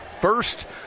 first